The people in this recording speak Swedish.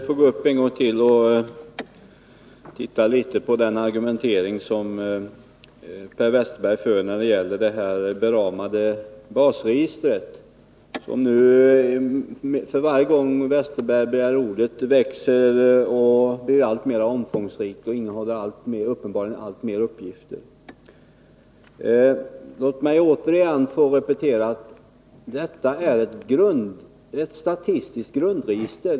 Herr talman! Jag får gå upp i debatten en gång till och något bemöta Per Westerbergs argumentering när det gäller det beramade basregistret. Varje gång Per Westerberg begär ordet blir detta register alltmer omfångsrikt, och det innehåller uppenbarligen alltmer uppgifter. Låt mig återigen få repetera att detta är ett statistiskt grundregister.